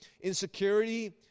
insecurity